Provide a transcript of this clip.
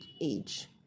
age